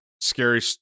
scary